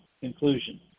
conclusion